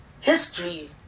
history